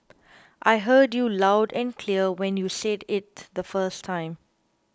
I heard you loud and clear when you said it the first time